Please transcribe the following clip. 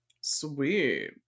Sweet